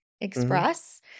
express